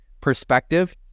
perspective